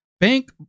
Bank